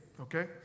okay